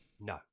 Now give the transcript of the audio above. No